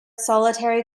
solitary